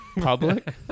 public